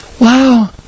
Wow